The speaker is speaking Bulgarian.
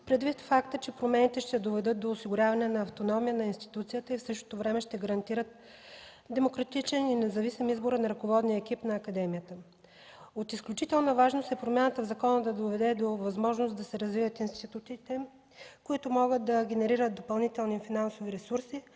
предвид факта че промените ще доведат до осигуряване на автономия на институцията и в същото време ще гарантират демократичен и независим избор на ръководния екип на академията. От изключителна важност е промяната в закона да доведе до възможност да се развият институтите, които могат да генерират допълнителни финансови ресурси,